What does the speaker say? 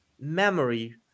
memory